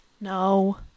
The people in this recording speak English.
No